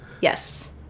yes